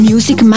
Music